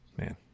Man